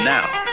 Now